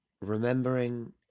Remembering